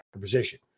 position